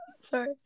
Sorry